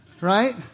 right